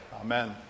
Amen